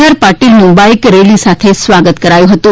R પાટીલનું bike rally સાથે સ્વાગત કરાયું હતું